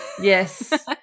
yes